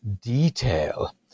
detail